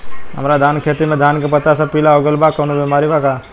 हमर धान के खेती में धान के पता सब पीला हो गेल बा कवनों बिमारी बा का?